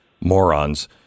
morons